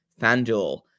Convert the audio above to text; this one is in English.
FanDuel